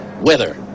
weather